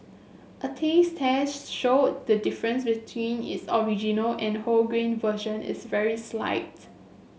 a taste test showed that the difference between its original and wholegrain version is very slights